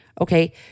Okay